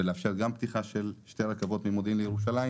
וזה יאפשר פתיחה של שתי רכבות ממודיעין לירושלים